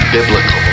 Biblical